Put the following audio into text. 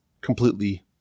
completely